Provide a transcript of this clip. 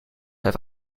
have